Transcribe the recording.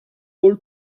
all